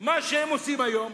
מה שהם עושים היום,